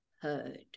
heard